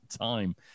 time